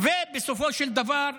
ובסופו של דבר,